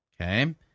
Okay